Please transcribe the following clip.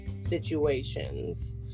situations